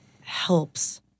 helps